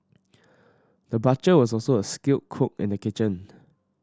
the butcher was also a skilled cook in the kitchen